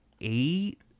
eight